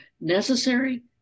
necessary